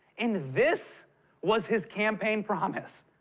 and this was his campaign promise.